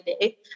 day